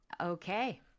Okay